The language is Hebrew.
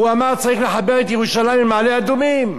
אמר: צריך לחבר את ירושלים עם מעלה-אדומים.